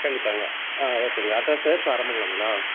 கண்டிப்பாகங்க ஆ ஓகேங்க அட்ரஸு தாரமங்கலங்களா